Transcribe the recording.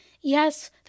Yes